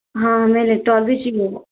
हाँ हमें इलेक्ट्राल भी चाहिए